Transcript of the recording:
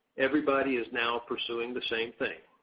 everybody is now pursuing the same thing.